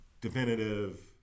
definitive